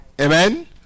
Amen